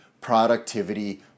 productivity